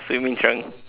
swimming trunk